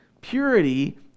Purity